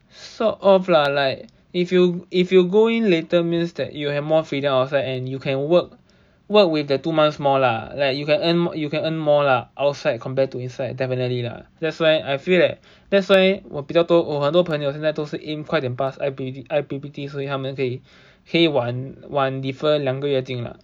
sort of lah like if you if you go in later means that you have more freedom outside and you can work work with the two months more lah like you can earn you can earn more lah outside compared to inside definitely lah that's why I feel like that's why 我比较多我很多朋友都是 aim 快点 pass I_P_P_T 所以他们可以可以晚晚晚 defer 两个月进啦